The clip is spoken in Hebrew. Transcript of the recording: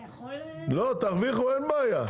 לא, תרוויחו אין בעיה.